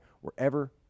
wherever